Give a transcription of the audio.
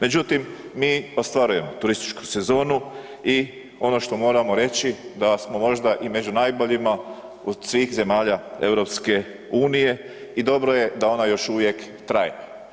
Međutim, mi ostvarujemo turističku sezonu i ono što moramo reći da smo možda i među najboljima od svih zemalja EU i dobro je da ona još uvijek traje.